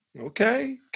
Okay